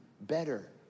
better